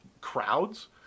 crowds